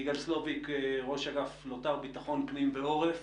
יגאל סלוביק, ראש אגף לוט"ר ביטחון פנים ועורף.